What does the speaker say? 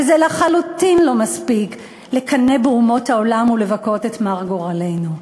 וזה לחלוטין לא מספיק לקנא באומות העולם ולבכות את מר גורלנו.